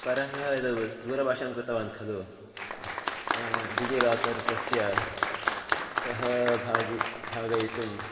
परह्यः यद् दूरभाषां कृतवान् खलु डिजिलाकर् तस्य सहाभागी भागयितुं